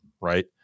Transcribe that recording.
right